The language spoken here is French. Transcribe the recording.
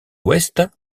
ouest